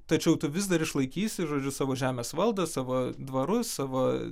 tačiau tu vis dar išlaikysi žodžiu savo žemės valdą savo dvarus savo